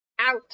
Out